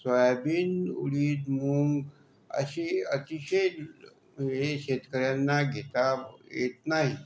soybean उडीद मूग असे अतिशय हे शेतकऱ्यांना घेता येत नाही